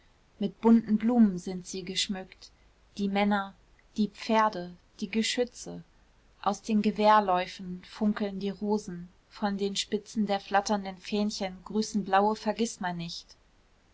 mit bunten blumen sind sie geschmückt die männer die pferde die geschütze aus den gewehrläufen funkeln die rosen von den spitzen der flatternden fähnchen grüßen blaue vergißmeinnicht